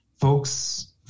folks